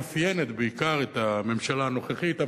מאפיינת בעיקר את הממשלה הנוכחית.